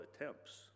attempts